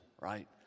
right